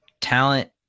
talent